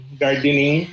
gardening